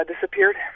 disappeared